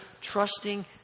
trusting